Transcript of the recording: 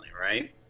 Right